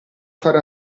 far